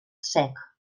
sec